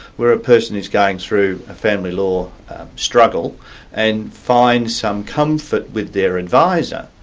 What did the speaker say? where a person is going through a family law struggle and finds some comfort with their adviser,